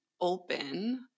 open